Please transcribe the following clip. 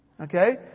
Okay